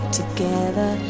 together